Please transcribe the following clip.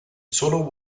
solo